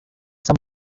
some